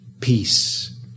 Peace